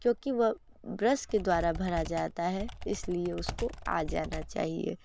क्योंकि वह ब्रश के द्वारा भरा जाता है इसलिए उसको आ जाना चाहिए